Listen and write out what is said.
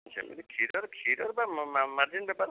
ସେମିତି କ୍ଷୀରରେ କ୍ଷୀରରେ ପା ମାର୍ଜିନ୍ ବେପାର